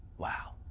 wow,